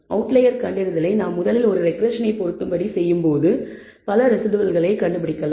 outlier கண்டறிதலை நாம் முதலில் ஒரு ரெக்ரெஸ்ஸனை பொருந்தும்படி செய்யும்போது பல ரெஸிடுவல்களை கண்டுபிடிக்கலாம்